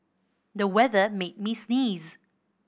the weather made me sneeze